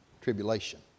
tribulation